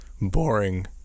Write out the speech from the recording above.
boring